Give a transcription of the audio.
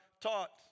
taught